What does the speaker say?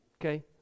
okay